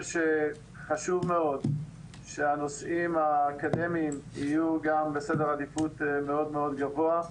שחשוב מאוד שהנושאים האקדמיים יהיו גם בסדר עדיפות מאוד מאוד גבוה,